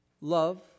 love